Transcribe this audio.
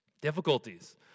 difficulties